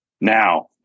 now